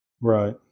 Right